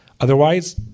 Otherwise